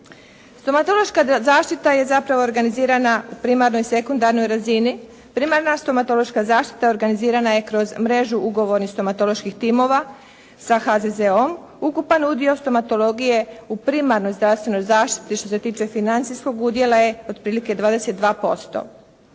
Stomatološka zaštita je zapravo organizirana u primarnoj i sekundarnoj razini. Primarna stomatološka zaštita organizirana je kroz mrežu ugovornih stomatoloških timova sa HZZO-om, ukupan udio stomatologije u primarnoj zdravstvenoj zaštiti što se tiče financijskog udjela je otprilike 22%.